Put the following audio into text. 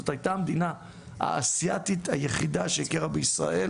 זאת הייתה המדינה האסייתית היחידה שהכירה בישראל